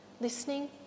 Listening